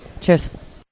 Cheers